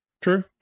True